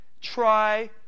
Try